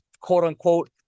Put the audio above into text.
quote-unquote